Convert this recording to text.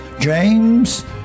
James